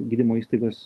gydymo įstaigos